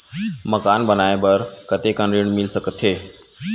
मकान बनाये बर कतेकन ऋण मिल सकथे?